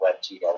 WebGL